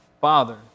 Father